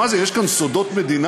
מה זה, יש כאן סודות מדינה?